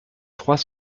trois